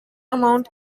amount